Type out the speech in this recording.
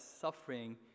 suffering